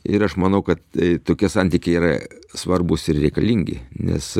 ir aš manau kad tokie santykiai yra svarbūs ir reikalingi nes